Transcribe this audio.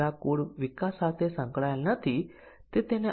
અને તે દરેક સંખ્યા આપણે તેમાંથી નોડ બનાવીએ છીએ